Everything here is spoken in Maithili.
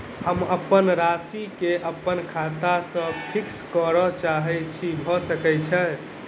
हम अप्पन राशि केँ अप्पन खाता सँ फिक्स करऽ चाहै छी भऽ सकै छै?